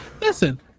listen